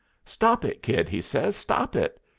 stop it, kid, he says, stop it.